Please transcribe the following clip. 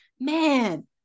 man